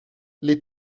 les